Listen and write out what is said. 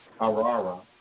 Arara